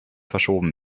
verschoben